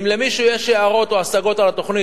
אם למישהו יש הערות או השגות על התוכנית,